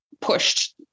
pushed